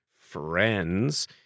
friends